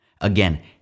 Again